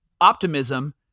optimism